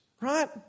right